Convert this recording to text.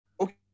Okay